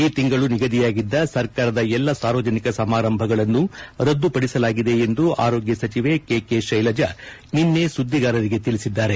ಈ ತಿಂಗಳು ನಿಗದಿಯಾಗಿದ್ದ ಸರ್ಕಾರದ ಎಲ್ಲ ಸಾರ್ವಜನಿಕ ಸಮಾರಂಭಗಳನ್ನು ರದ್ದುಪಡಿಸಲಾಗಿದೆ ಎಂದು ಆರೋಗ್ಯ ಸಚಿವೆ ಕೆ ಕೆ ಕೈಲಜಾ ನಿನ್ನೆ ಸುದ್ದಿಗಾರರಿಗೆ ತಿಳಿಸಿದ್ದಾರೆ